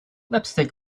lipstick